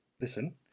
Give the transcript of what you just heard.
listen